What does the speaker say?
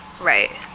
right